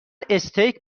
استیک